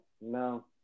no